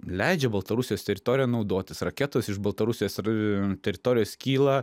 leidžia baltarusijos teritorija naudotis raketos iš baltarusijos ir teritorijos kyla